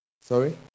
Sorry